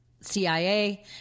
CIA